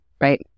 right